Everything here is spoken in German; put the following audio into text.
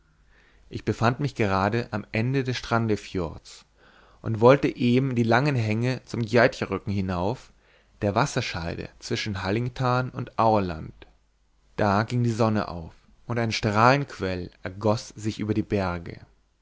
ich befand mich gerade am ende des strandefjords und wollte eben die langen hänge zum gjeiterücken hinauf der wasserscheide zwischen hallingtal und aurland da ging die sonne auf und ein strahlenquell ergoß sich über die berge